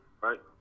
right